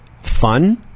fun